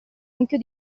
mucchio